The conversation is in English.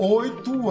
oito